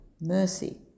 mercy